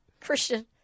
Christian